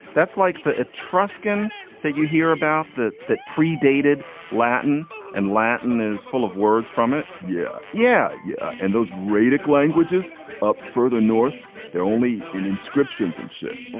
that's like the etruscan that you hear about that that pre-dated latin and latin is full of words from it. yeah. yeah. yeah and those radix languages up further north they're only in inscriptions and shit.